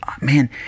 man